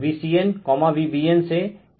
Vcn Vbn से 120o के साथ लेग करेगा